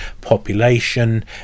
population